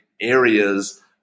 areas